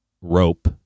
rope